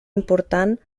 important